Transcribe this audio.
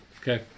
Okay